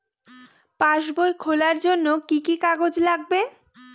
পাসবই খোলার জন্য কি কি কাগজ লাগবে?